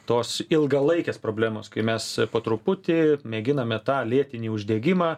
tos ilgalaikės problemos kai mes po truputį mėginame tą lėtinį uždegimą